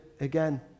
again